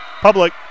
Public